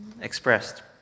expressed